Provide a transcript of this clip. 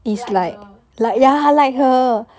like her right ya ya ya